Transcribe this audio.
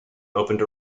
opened